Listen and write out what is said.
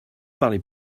parlez